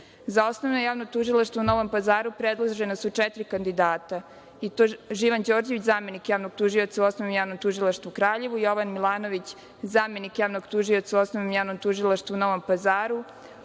osnovno javno tužilaštvo u Novom Pazaru predložena su četiri kandidata i to Živan Đorđević, zamenik javnog tužioca u Osnovnom javnom tužilaštvu u Kraljevu, Jovan Milanović, zamenik javnog tužioca u Osnovnom javnom tužilaštvu u Novom Pazaru,